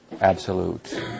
absolute